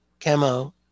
camo